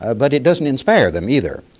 ah but it doesn't inspire them either.